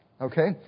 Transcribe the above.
okay